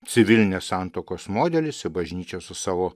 civilinės santuokos modelis ir bažnyčią su savo